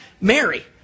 Mary